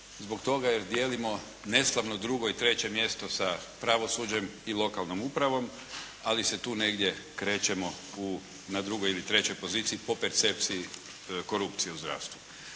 zbog toga jer dijelimo neslavno drugo i treće mjesto sa pravosuđem i lokalnom upravom ali se tu negdje krećemo u, na drugoj ili trećoj poziciji po percepciji korupcije u zdravstvu.